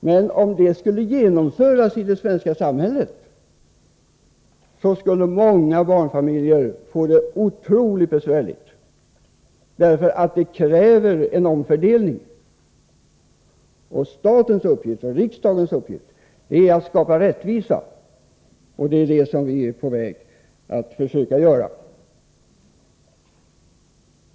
Men om det skulle bli verklighet i det svenska samhället, skulle många barnfamiljer få det otroligt besvärligt därför att det kräver en omfördelning. Statens och riksdagens uppgift är att skapa rättvisa, och det är vad vi nu är på väg att åstadkomma.